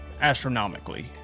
astronomically